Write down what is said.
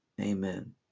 Amen